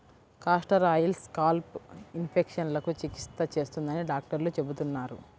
castor oil scalp ఇన్ఫెక్షన్లకు చికిత్స చేస్తుందని డాక్టర్లు చెబుతున్నారు